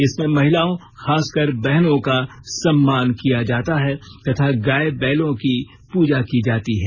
इसमें महिलाओं खासकर बहनों का सम्मान किया जाता है तथा गाय बैलों की पूजा की जाती है